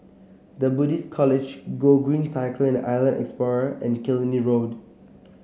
The Buddhist College Gogreen Cycle and Island Explorer and Killiney Road